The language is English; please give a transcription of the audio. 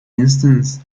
instance